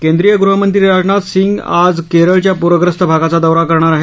केंद्रीय गृहमंत्री राजनाथ सिंह आज केरळ च्या प्रस्त भागाचा दौरा करणार आहेत